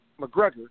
McGregor